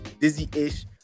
dizzy-ish